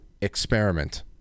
experiment